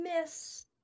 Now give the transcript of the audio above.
miss